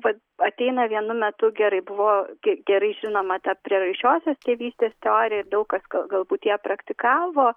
va ateina vienu metu gerai buvo ge gerai žinoma ta prieraišiosios tėvystės teorija daug kas gal galbūt ją praktikavo